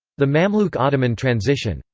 the mamluk-ottoman transition.